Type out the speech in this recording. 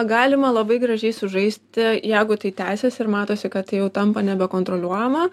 galima labai gražiai sužaisti jeigu tai tęsiasi ir matosi kad tai jau tampa nebekontroliuojama